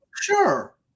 Sure